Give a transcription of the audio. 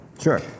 Sure